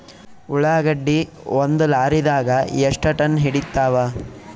ಉಳ್ಳಾಗಡ್ಡಿ ಒಂದ ಲಾರಿದಾಗ ಎಷ್ಟ ಟನ್ ಹಿಡಿತ್ತಾವ?